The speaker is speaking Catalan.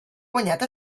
guanyat